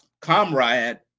comrade